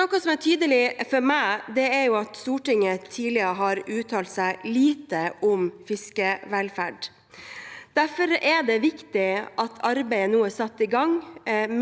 Noe som er tydelig for meg, er at Stortinget tidligere har uttalt seg lite om fiskevelferd. Derfor er det viktig at arbeidet nå er satt i gang